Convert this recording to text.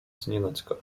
znienacka